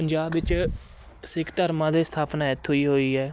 ਪੰਜਾਬ ਵਿੱਚ ਸਿੱਖ ਧਰਮਾਂ ਦੇ ਸਥਾਪਨਾ ਇਥੋਂ ਹੀ ਹੋਈ ਹੈ